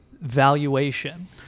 valuation